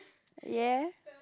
ya